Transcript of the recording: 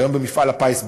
היום במפעל הפיס,